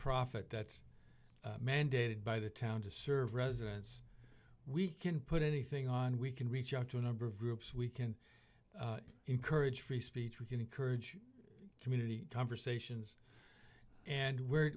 profit that's mandated by the town to serve residents we can put anything on we can reach out to a number of groups we can encourage free speech we can encourage community conversations and where